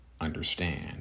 understand